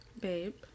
babe